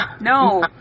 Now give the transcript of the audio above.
No